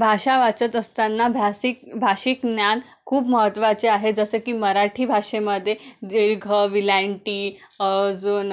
भाषा वाचत असतना भासिकं भाषिक ज्ञान खूप महत्त्वाचे आहे जसं की मराठी भाषेमध्ये दीर्घ विलांटी अजून